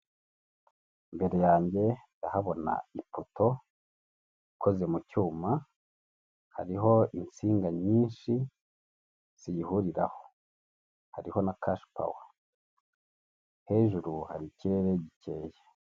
Imbere yanjye ndahabona ipoto ikoze mu cyuma, hariho insinga nyinshi ziyihuriraho hariho na kashipawa hejuru hari ikirere gikeye.